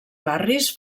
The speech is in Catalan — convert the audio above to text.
barris